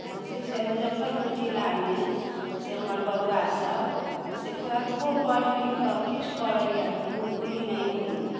अथी छै मुजफ्फरपुर जिलामे से हमर बौआ सबसँ कतबो पढ़ि लिख कऽ किछु करैये नौकरी नहि होइए